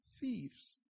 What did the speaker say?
thieves